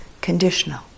conditional